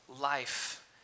life